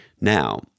now